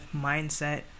mindset